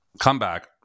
comeback